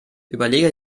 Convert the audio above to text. überlege